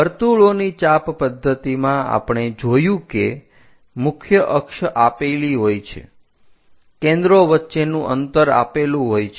વર્તુળોની ચાપ પદ્ધતિમાં આપણે જોયું કે મુખ્ય અક્ષ આપેલી હોય છે કેન્દ્રો વચ્ચેનું અંતર આપેલું હોય છે